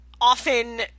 often